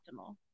optimal